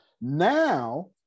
Now